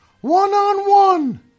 One-on-one